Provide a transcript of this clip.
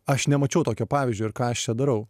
aš nemačiau tokio pavyzdžio ir ką aš čia darau